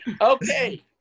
Okay